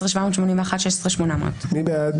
16,501 עד 16,520. מי בעד?